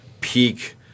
peak